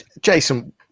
jason